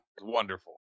Wonderful